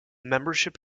membership